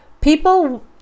People